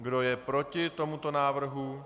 Kdo je proti tomuto návrhu?